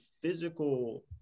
physical